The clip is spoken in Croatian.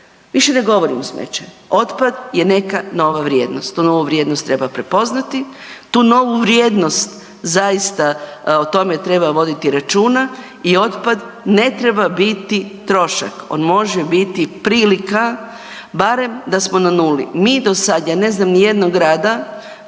više ne govorimo smeće, otpad je neka nova vrijednost. Tu novu vrijednost treba prepoznati, tu novu vrijednost zaista o tome treba voditi računa i otpad ne treba biti trošak, on može biti prilika barem da smo na nuli. Mi dosad, ja ne znam ni jednog grada